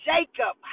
Jacob